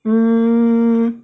mm